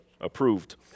approved